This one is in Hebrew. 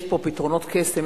יש פה פתרונות קסם.